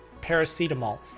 paracetamol